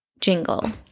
jingle